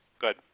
good